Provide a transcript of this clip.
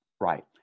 Right